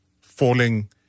falling